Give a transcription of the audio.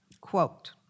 quote